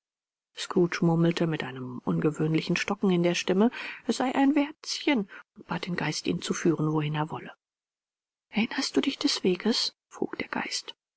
scrooge murmelte mit einem ungewöhnlichen stocken in der stimme es sei ein wärzchen und bat den geist ihn zu führen wohin er wolle erinnerst du dich des weges frug der geist